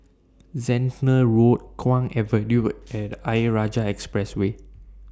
Zehnder Road Kwong Avenue and Ayer Rajah Expressway